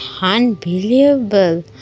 unbelievable